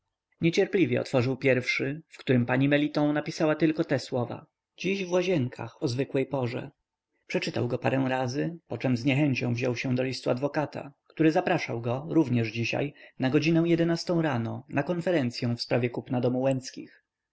adwokata niecierpliwie otworzył pierwszy w którym pani meliton napisała tylko te słowa dziś w łazienkach o zwykłej godzinie przeczytał go parę razy poczem z niechęcią wziął się do listu adwokata który zapraszał go również dzisiaj na godzinę jedenastą rano na konferencyą w sprawie kupna domu